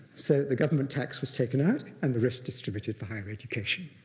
so the government tax was taken out and the rest distributed for higher education.